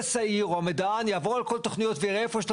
שמהנדס העיר או המידען יעבור על כל התוכניות ויראה איפה יש לו